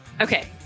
Okay